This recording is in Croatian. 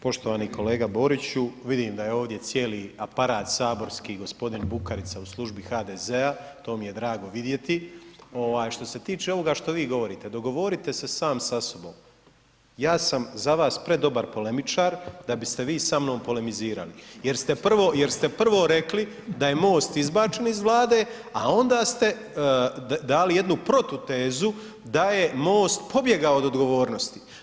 Poštovani kolega Boriću vidim da je ovdje cijeli aparat saborski gospodin Bukarica u službi HDZ-a, to mi je drago vidjeti ovaj što se tiče ovoga što vi govorite, dogovorite se sam sa sobom ja sam za vas predobar polemičar da biste vi sa mnom polemizirali, jer ste prvo rekli da je MOST izbačen iz Vlade, a onda ste dali jednu protutezu da je MOST pobjegao od odgovornosti.